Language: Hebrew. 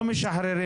לא משחררים